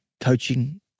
Coaching